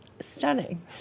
stunning